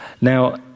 Now